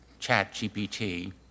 ChatGPT